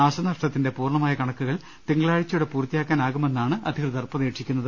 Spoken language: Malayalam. നാശനഷ്ടത്തിന്റെ പൂർണമായ കണക്കുകൾ തിങ്കളാഴ്ചയോടെ പൂർത്തിയാക്കാനാകുമെന്നാണ് അധികൃതർ പ്രതീക്ഷിക്കുന്നത്